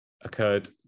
occurred